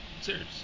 Serious